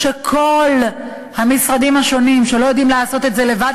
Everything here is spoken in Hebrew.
כדי להוביל לכך שכל המשרדים שלא יודעים לעשות את זה לבד,